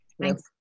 Thanks